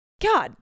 god